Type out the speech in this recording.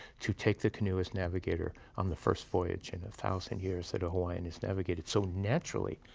to take the canoe as navigator on the first voyage in a thousand years that a hawaiian has navigated. so, naturally,